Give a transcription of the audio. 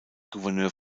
gouverneur